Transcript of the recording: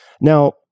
Now